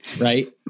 Right